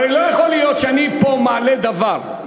הרי לא יכול להיות שאני פה מעלה דבר,